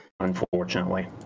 unfortunately